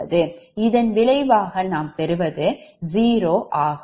இதன் விளைவாக நாம் பெருவது ஜீரோ ஆகும்